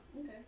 Okay